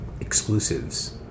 exclusives